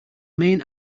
main